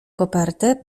kopertę